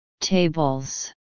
tables